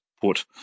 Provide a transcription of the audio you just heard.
put